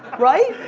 right?